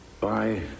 bye